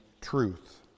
truth